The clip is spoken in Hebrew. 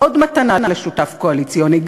עוד מתנה לשותף קואליציוני.